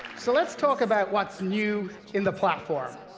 so let's talk about what's new in the platform.